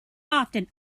often